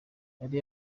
yari